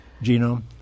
genome